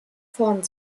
vorn